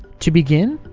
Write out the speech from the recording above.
to begin,